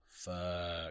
fuck